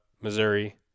Missouri